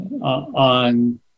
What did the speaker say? on